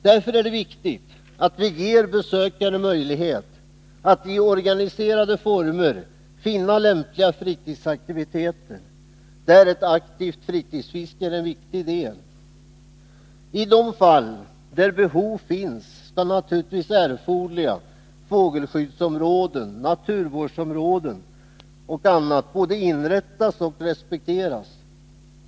Därför är det viktigt att vi ger besökarna möjlighet att i organiserade former finna lämpliga fritidsaktiviteter, där ett aktivt fritidsfiske är en viktig del. I de fall där behov finns skall naturligtvis erforderliga fågelskyddsområden, naturvårdsområden och annat både inrättas och respekteras.